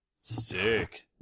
Sick